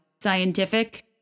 scientific